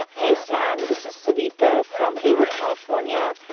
ah hey, sam. this is savita from hayward, calif. um yeah